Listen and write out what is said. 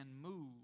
move